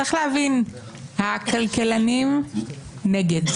צריך להבין הכלכלנים נגד,